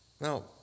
Now